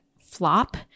flop